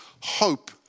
hope